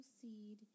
proceed